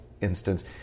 instance